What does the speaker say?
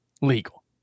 legal